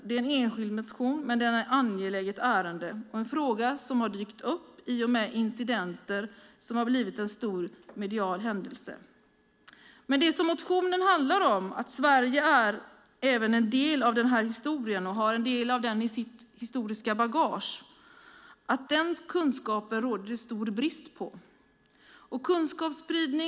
Det är en enskild motion, men den tar upp ett angeläget ärende. Det är en fråga som har dykt upp i och med incidenter som har blivit en stor medial händelse. Motionen handlar om att även Sverige är en del av denna historia och har en del av den i sitt historiska bagage. Det råder stor brist på kunskap om detta.